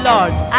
Lords